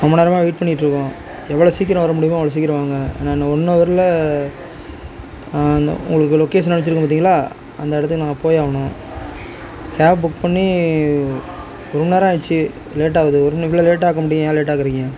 ரொம்ப நேரமாக வெயிட் பண்ணிகிட்டு இருக்கோம் எவ்வளவு சீக்கிரம் வர முடியுமோ அவ்வளவு சீக்கிரம் வாங்க நாங்கள் ஒன் ஹவரில் இந்த உங்களுக்கு லொக்கேஷன் அனுப்பிச்சுருக்கேன் பார்த்தீங்களா அந்த இடத்துக்கு நாங்கள் போய் ஆகணும் கேப் புக் பண்ணி ரொம்ப நேரம் ஆயிடுச்சு லேட்டாகுது ஒன்றும் இவ்வளவு லேட் ஆக்க மாட்டிங்க ஏன் லேட் ஆக்கிறிங்க